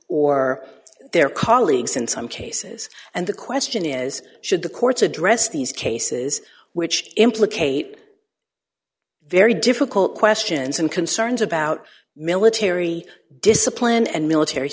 or their colleagues in some cases and the question is should the courts address these cases which implicate very difficult questions and concerns about military discipline and military